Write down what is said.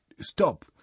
stop